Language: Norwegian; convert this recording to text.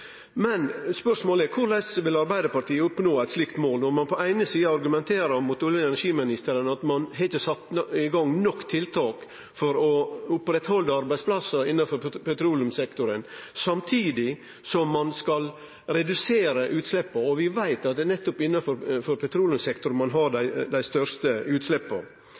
Men spørsmålet er: Korleis vil Arbeidarpartiet oppnå eit slikt mål når ein på den eine sida argumenterer mot olje- og energiministeren for at ein ikkje har sett i gang nok tiltak for å ta vare på arbeidsplassar innanfor petroleumssektoren, samtidig som ein skal redusere utsleppa? Vi veit at det nettopp er innanfor petroleumssektoren ein har dei største utsleppa.